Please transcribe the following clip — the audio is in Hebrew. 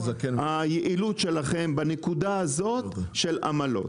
היעילות שלכם בנקודה הזאת של עמלות.